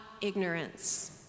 ignorance